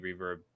reverb